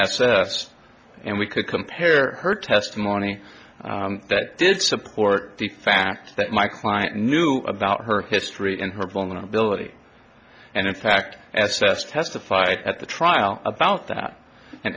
s s and we could compare her testimony that did support the fact that my client knew about her history and her vulnerability and in fact s s testified at the trial about that and